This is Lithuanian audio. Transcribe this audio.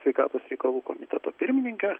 sveikatos reikalų komiteto pirmininkę